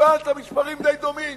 קיבלת מספרים די דומים.